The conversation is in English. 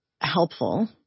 helpful